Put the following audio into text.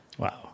Wow